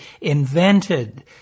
invented